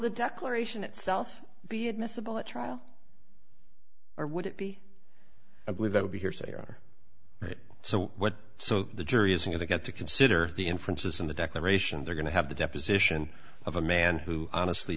the declaration itself be admissible at trial or would it be i believe that would be hearsay or so what so the jury is going to get to consider the inferences in the declaration they're going to have the deposition of a man who honestly